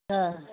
हाँ